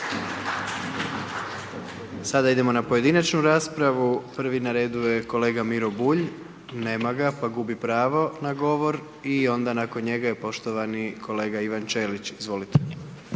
Sada idemo na pojedinačnu raspravu, prvi na redu je kolega Miro Bulj, nema ga, pa gubi pravo na govor i onda nakon njega je poštovani kolega Ivan Ćelić, izvolite.